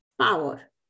power